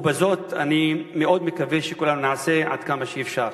וזאת אני מאוד מקווה שכולנו נעשה עד כמה שאפשר.